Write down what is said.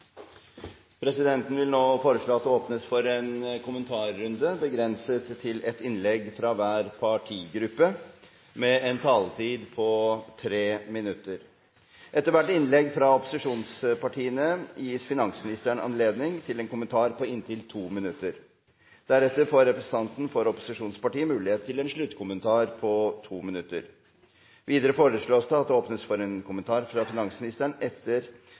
Presidenten vil foreslå at det åpnes for en kommentarrunde, begrenset til ett innlegg på inntil 3 minutter fra hver partigruppe. Etter hvert innlegg fra opposisjonspartiene gis finansministeren anledning til en kommentar på inntil 2 minutter. Deretter får representantene for opposisjonspartiene mulighet til en sluttkommentar på inntil 2 minutter. Videre foreslås det at det åpnes for en kommentar fra finansministeren